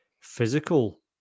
physical